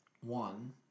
one